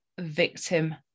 victim